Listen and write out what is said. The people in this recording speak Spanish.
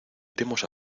iremos